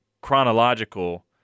chronological